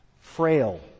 frail